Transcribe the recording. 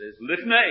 listen